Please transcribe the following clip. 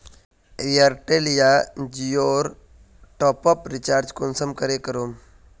Airtel या जियोर top up recharge कुंसम करे करूम?